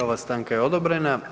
I ova stanka je odobrena.